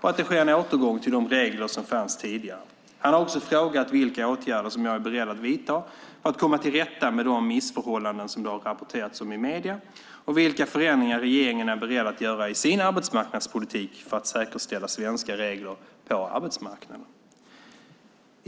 och att det sker en återgång till de regler som fanns tidigare. Han har också frågat vilka åtgärder jag är beredd att vidta för att komma till rätta med de missförhållanden som det har rapporterats om i medierna och vilka förändringar regeringen är beredd att göra i sin arbetsmarknadspolitik för att säkerställa svenska regler på arbetsmarknaden.